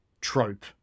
trope